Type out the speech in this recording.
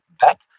back